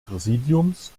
präsidiums